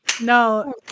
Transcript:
No